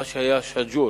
מה שהיה שגור.